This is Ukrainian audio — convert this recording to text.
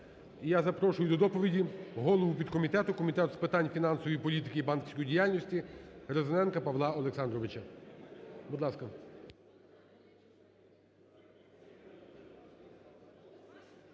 я запрошую до доповіді голову підкомітету Комітету з питань фінансової політики і банківської діяльності Різаненка Павла Олександровича, будь ласка.